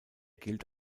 gilt